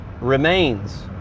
remains